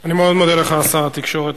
אני מאוד מודה לך, שר התקשורת.